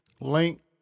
link